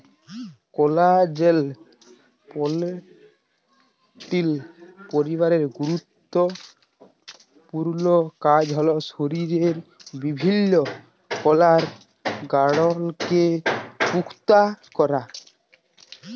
কলাজেল protein পরিবারের গুরুত্তপুর্ল কাজ হ্যল শরীরের বিভিল্ল্য কলার গঢ়লকে পুক্তা ক্যরা